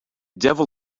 devil